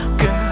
girl